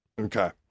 Okay